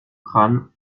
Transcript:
crâne